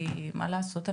כי מה לעשות,